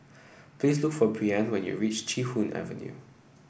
please look for Brianne when you reach Chee Hoon Avenue